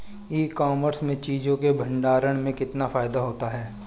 ई commerce में चीज़ों के भंडारण में कितना फायदा होता है?